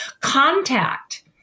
contact